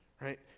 right